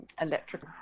electric